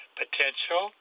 potential